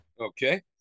Okay